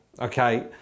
Okay